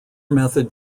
method